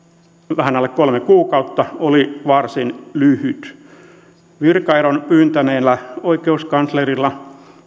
vähän alle kolme kuukautta oli varsin lyhyt virkaeron pyytäneellä oikeuskanslerilla sen